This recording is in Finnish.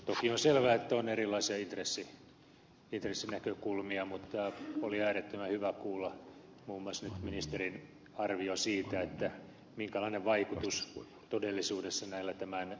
toki on selvää että on erilaisia intressinäkökulmia mutta oli äärettömän hyvä kuulla muun muassa nyt ministerin arvio siitä minkälainen vaikutus todellisuudessa näillä tämän lain esittämillä korvauksilla on kaivostoiminnan toimintaedellytyksiin